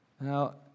Now